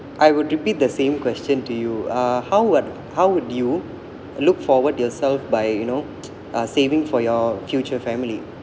I would repeat the same question to you uh how would how would you look forward yourself by you know uh saving for your future family